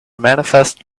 manifest